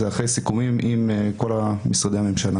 הם אחרי סיכומים עם כל משרדי הממשלה